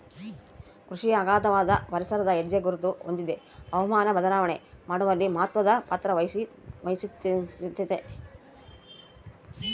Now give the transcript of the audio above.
ಕೃಷಿಯು ಅಗಾಧವಾದ ಪರಿಸರದ ಹೆಜ್ಜೆಗುರುತ ಹೊಂದಿದೆ ಹವಾಮಾನ ಬದಲಾವಣೆ ಮಾಡುವಲ್ಲಿ ಮಹತ್ವದ ಪಾತ್ರವಹಿಸೆತೆ